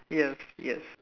yes yes